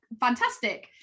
fantastic